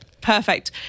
perfect